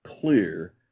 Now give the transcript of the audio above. clear